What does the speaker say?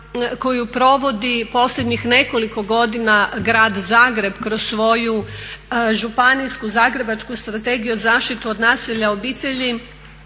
koju provodi posljednjih nekoliko godina Grad Zagreb kroz svoju županijsku zagrebačku strategiju zaštite od nasilja u obitelji